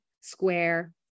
square